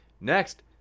Next